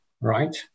right